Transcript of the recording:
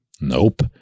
Nope